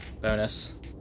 bonus